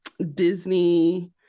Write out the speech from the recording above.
disney